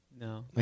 No